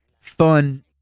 fun